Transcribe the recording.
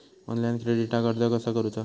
Online क्रेडिटाक अर्ज कसा करुचा?